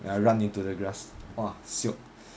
then I run into the grass !wah! shiok